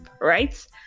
right